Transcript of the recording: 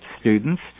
students